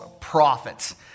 prophets